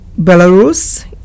Belarus